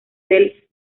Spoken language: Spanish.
del